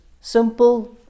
simple